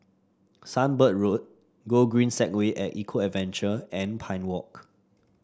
Sunbird Road Gogreen Segway at Eco Adventure and Pine Walk